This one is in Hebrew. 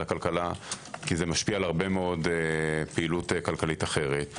הכלכלה כי זה משפיע על הרבה מאוד פעילות כלכלית אחרת,